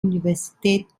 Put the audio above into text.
universität